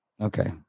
Okay